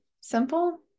simple